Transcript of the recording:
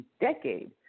Decade